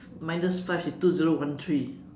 minus five is two zero one three